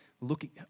looking